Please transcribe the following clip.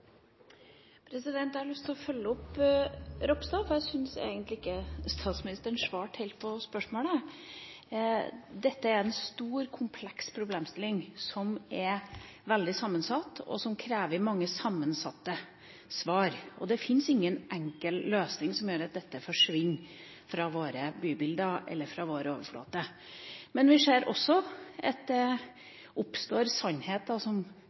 Grande. Jeg har lyst til å følge opp Ropstad, for jeg syns egentlig ikke statsministeren svarte helt på spørsmålet. Dette er en stor, kompleks problemstilling som er veldig sammensatt, og som krever mange sammensatte svar. Det fins ingen enkel løsning som gjør at dette forsvinner fra våre bybilder eller fra vår overflate. Men vi ser også at det oppstår sannheter som